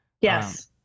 Yes